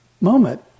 moment